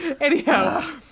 anyhow